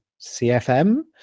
CFM